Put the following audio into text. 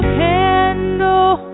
candle